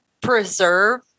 preserve